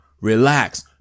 Relax